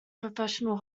professional